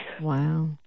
Wow